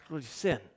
sin